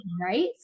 right